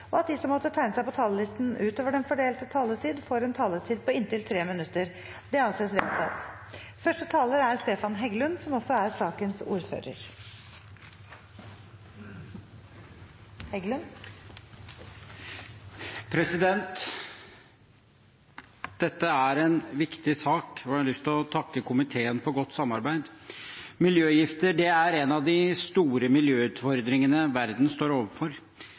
og at de som måtte tegne seg på talerlisten utover den fordelte taletid, får en taletid på inntil 3 minutter. – Det anses vedtatt. Dette er en viktig sak. Jeg har lyst til å takke komiteen for godt samarbeid. Miljøgifter er en av de store miljøutfordringene verden står overfor.